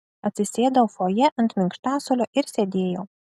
atsisėdau fojė ant minkštasuolio ir sėdėjau